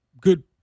good